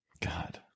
God